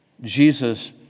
Jesus